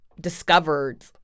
discovered